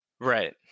right